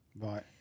Right